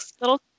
little